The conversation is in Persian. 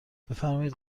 بفرمایید